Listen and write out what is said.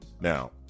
Now